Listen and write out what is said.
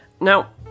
Now